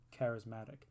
charismatic